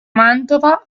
mantova